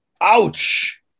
ouch